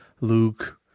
Luke